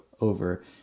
over